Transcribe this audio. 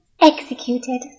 executed